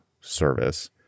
service